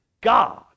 God